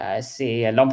c'est